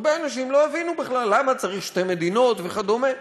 הרבה אנשים לא הבינו בכלל למה צריך שתי מדינות וכדומה.